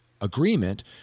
agreement